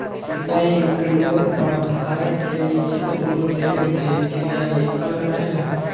bank note पर धारक के निश्चित मूल देवे के क्रिया लिखल रहेला